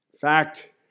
fact